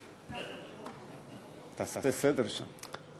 עשה סדר שם.